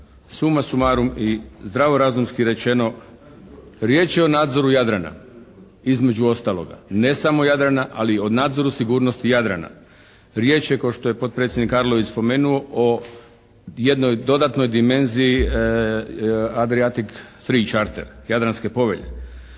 Suma sumarum i zdravorazumski rečeno riječ je o nadzoru Jadrana, između ostaloga. Ne samo Jadrana, ali o nadzoru sigurnosti Jadrana. Riječ je kao što je potpredsjednik Arlović spomenuo o jednoj dodatnoj dimenziji Adriatic Free Charter Jadranske povelje.